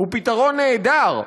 הוא פתרון נהדר,